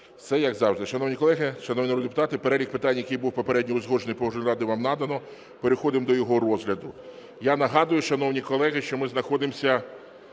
Все, як завжди. Шановні колеги, шановні народні депутати, перелік питань, який був попередньо узгоджений Погоджувальною радою, вам надано. Переходимо до його розгляду. Я нагадую, шановні колеги, що ми знаходимося